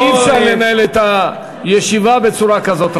אי-אפשר לנהל את הישיבה בצורה כזאת,